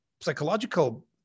psychological